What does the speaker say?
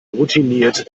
routiniert